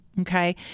okay